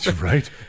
right